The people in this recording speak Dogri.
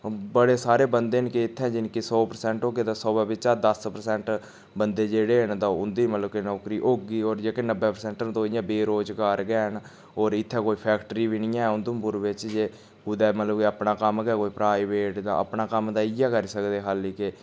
बड़े सारें बंदे न कि इत्थें जिनकी सौ प्रसैंट होग गेदा सौ बिच्चा दस प्रसैंट बंदे जेह्ड़े न उं'दी मतलब कि नौकरी होगी होर जेह्के नब्बै प्रसैंट ते ओह् इयां बेरोजगार गै हैन होर इत्थैं कोई फैक्टरी बी नी ऐ उधमपुर बिच्च जे कुदै मतलब कोई अपना कम्म गै कोई प्राइवेट दा अपना कम्म ते इयै करी सकदे खाल्ली के